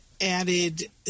added